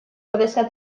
ordezkatu